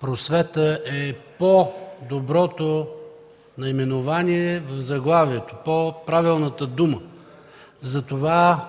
„просвета” е по-доброто наименование на заглавието, по-правилната дума. За това